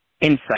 insight